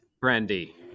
Brandy